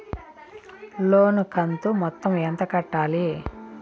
లోను కంతు మొత్తం ఎంత కట్టాలి?